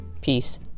peace